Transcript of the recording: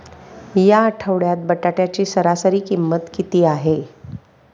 या आठवड्यात बटाट्याची सरासरी किंमत किती आहे?